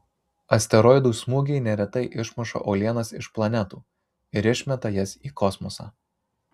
asteroidų smūgiai neretai išmuša uolienas iš planetų ir išmeta jas į kosmosą